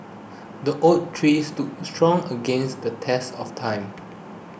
the oak tree stood strong against the test of time